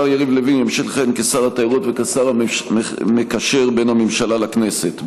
השר יריב לוין ימשיך לכהן כשר התיירות וכשר המקשר בין הממשלה לכנסת.